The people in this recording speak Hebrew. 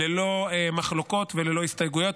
ללא מחלוקות וללא הסתייגויות.